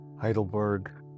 Heidelberg